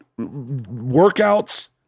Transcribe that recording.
workouts